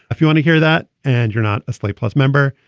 if you want to hear that and you're not a slate plus member,